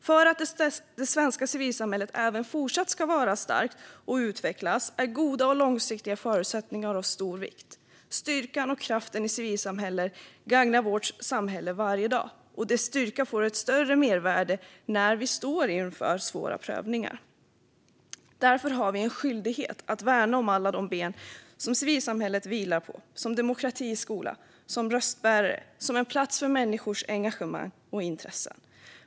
För att det svenska civilsamhället även fortsatt ska vara starkt och utvecklas är goda och långsiktiga förutsättningar av stor vikt. Styrkan och kraften i civilsamhället gagnar vårt samhälle varje dag, och dess styrka får ett större mervärde när vi står inför svåra prövningar. Vi har därför en skyldighet att värna alla de ben som civilsamhället står på som en demokratiskola, som en röstbärare och som en plats för människors engagemang och intressen.